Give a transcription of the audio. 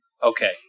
Okay